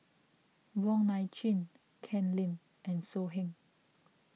Wong Nai Chin Ken Lim and So Heng